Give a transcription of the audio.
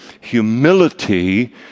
humility